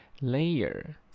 Layer